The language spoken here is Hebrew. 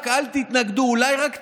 רק אל תתנגדו, אולי רק תימנעו,